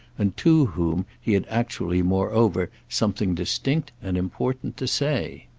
and to whom he had actually moreover something distinct and important to say.